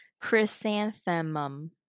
Chrysanthemum